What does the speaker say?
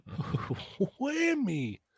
Whammy